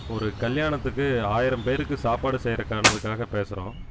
ஒரு கல்யாணத்துக்கு ஆயிரம் பேருக்கு சாப்பாடு செய்யிறதுக்கானதுக்காக பேசுகிறோம்